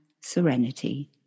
serenity